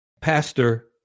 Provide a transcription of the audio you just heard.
pastor